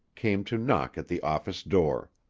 came to knock at the office door.